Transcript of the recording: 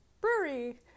brewery